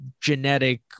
genetic